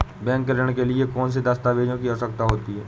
Bank ऋण के लिए कौन से दस्तावेजों की आवश्यकता है?